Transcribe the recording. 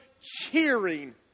cheering